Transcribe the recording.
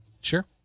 Sure